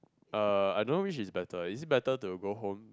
uh I don't know which is better is it better to go home